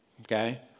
Okay